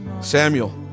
Samuel